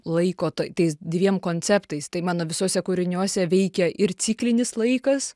laiko ta tais dviem konceptais tai mano visuose kūriniuose veikia ir ciklinis laikas